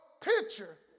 picture